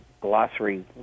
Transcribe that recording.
glossary